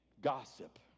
gossip